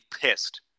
pissed